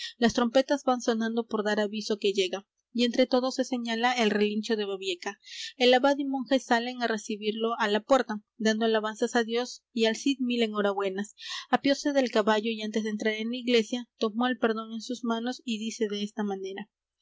las trompetas van sonando por dar aviso que llega y entre todos se señala el relincho de babieca el abad y monjes salen á recibirlo á la puerta dando alabanzas á dios y al cid mil enhorabuenas apeóse del caballo y antes de entrar en la iglesia tomó el pendón en sus manos y dice de esta manera